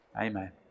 Amen